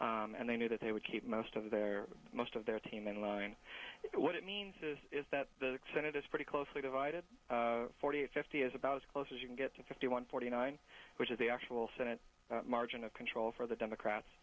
s and they knew that they would keep most of their most of their team in line what it means is that the senate is pretty closely divided forty fifty is about as close as you can get to fifty one forty nine which is the actual senate margin of control for the